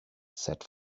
said